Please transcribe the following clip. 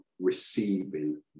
receiving